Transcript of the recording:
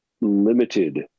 limited